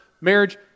marriage